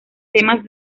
temas